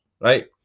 right